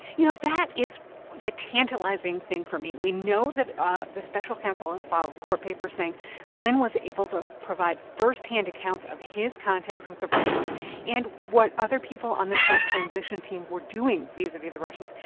you know, that is the tantalizing thing for me. we know that ah the special counsel has filed court papers saying flynn was able to provide firsthand accounts of his contacts with the russians and what other people on the trump transition team were doing vis-a-vis the russians.